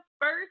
first